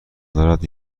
دارد